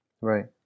Right